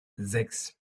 sechs